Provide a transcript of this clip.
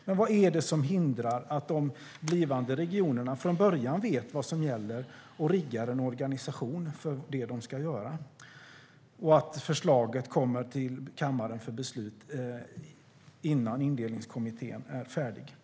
Men vad är det som hindrar att de blivande regionerna från början vet vad som gäller och riggar en organisation för det de ska göra, och att förslaget kommer till kammaren för beslut innan Indelningskommittén är färdig?